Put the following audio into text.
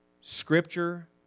Scripture